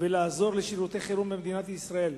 ולעזור לשירותי חירום במדינת ישראל.